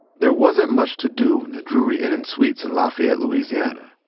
there wasn't much to do in the drury inn and suites in lafayette, louisiana.